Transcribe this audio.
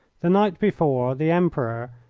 the night before, the emperor,